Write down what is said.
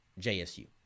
JSU